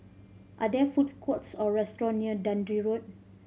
are there food courts or restaurant near Dundee Road